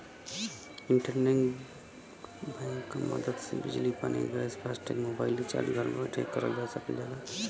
internet bank क मदद से बिजली पानी गैस फास्टैग मोबाइल रिचार्ज घर बैठे करल जा सकल जाला